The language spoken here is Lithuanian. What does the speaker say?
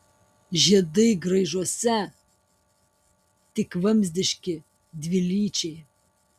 žiedai graižuose tik vamzdiški dvilyčiai